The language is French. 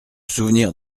souvenir